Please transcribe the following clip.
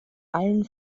allen